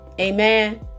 Amen